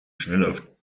schnell